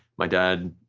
my dad,